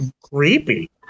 creepy